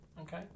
Okay